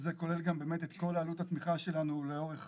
שזה כולל גם את כל עלות התמיכה שלנו לאורך